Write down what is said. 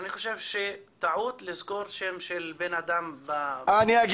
אני חושב שזו טעות להזכיר שם של בן אדם ב --- בסדר.